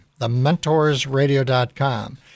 TheMentorsRadio.com